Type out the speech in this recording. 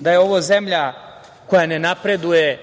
da je ovo zemlja koja ne napreduje,